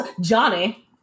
Johnny